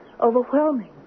overwhelming